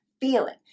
feeling